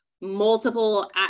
multiple